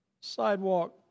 sidewalk